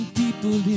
people